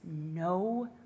no